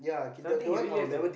something he really has to